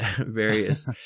various